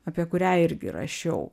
apie kurią irgi rašiau